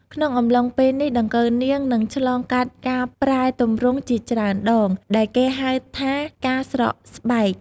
ក្នុងអំឡុងពេលនេះ ដង្កូវនាងនឹងឆ្លងកាត់ការប្រែទម្រង់ជាច្រើនដង ដែលគេហៅថាការស្រកស្បែក។